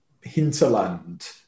hinterland